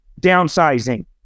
downsizing